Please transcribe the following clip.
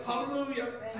Hallelujah